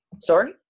Sorry